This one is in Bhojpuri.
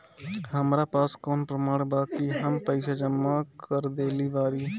हमरा पास कौन प्रमाण बा कि हम पईसा जमा कर देली बारी?